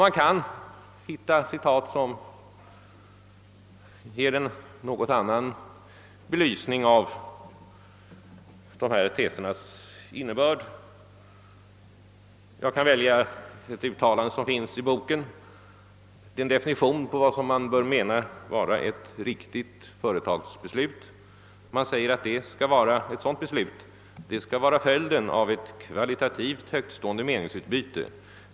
Man kan hitta avsnitt som ger en något annan belysning av dessa tesers innebörd. Jag. kan välja ett uttalande som finns i bo-- ken, en definition på vad man bör mena vara ett riktigt företagsnämndsbeslut. Det sägs att ett sådant beslut skall vara följden av ett kvalitativt högtstående meningsutbyte.